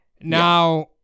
Now